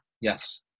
Yes